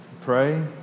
Pray